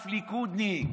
אף ליכודניק,